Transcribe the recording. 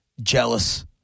jealous